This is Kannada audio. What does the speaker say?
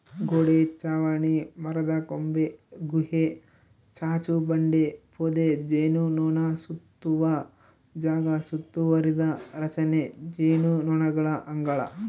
ಗೋಡೆ ಚಾವಣಿ ಮರದಕೊಂಬೆ ಗುಹೆ ಚಾಚುಬಂಡೆ ಪೊದೆ ಜೇನುನೊಣಸುತ್ತುವ ಜಾಗ ಸುತ್ತುವರಿದ ರಚನೆ ಜೇನುನೊಣಗಳ ಅಂಗಳ